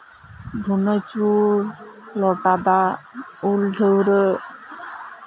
ᱵᱚᱸᱜᱟ ᱪᱩᱲ ᱞᱚᱴᱟ ᱫᱟᱜ ᱩᱞ ᱰᱷᱟᱹᱣᱨᱟᱹᱜ